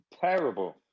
Terrible